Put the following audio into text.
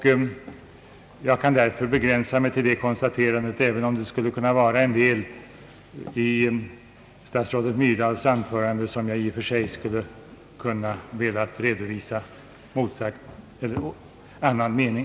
Jag kan begränsa mig till detta konstaterande, även om det var en del punkter i statsrådet Myrdals anförande där jag skulle vilja redovisa en annan mening.